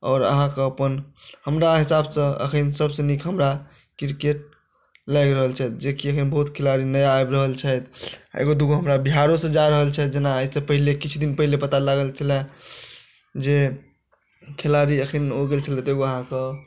आओर अहाँ कऽ अपन हमरा हिसाबसँ अखन सबसँ नीक हमरा क्रिकेट लागि रहल छथि जेकि अखन बहुत खिलाड़ी नया आबि रहल छथि एगो दुगो हमरा बिहारोसँ जा रहल छथि जेना आइसँ पहिले किछु दिन पहिले पता लागल छलैया जे खेलाड़ी अखन ओ गेल छलथि एगो अहाँ कऽ